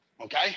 okay